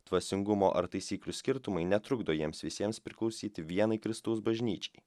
dvasingumo ar taisyklių skirtumai netrukdo jiems visiems priklausyti vienai kristaus bažnyčiai